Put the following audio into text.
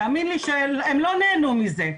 תאמין לי שהם לא נהנו מזה.